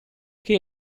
che